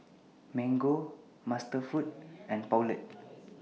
Mango MasterFoods and Poulet